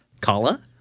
Kala